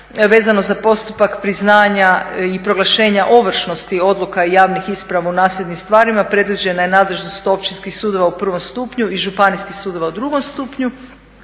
vezano za postupak priznanja i proglašenja ovršnosti odluka i javnih isprava u nasljednim stvarima predviđena je nadležnost općinskih sudova u prvom stupnju i županijskih sudova u drugom stupnju.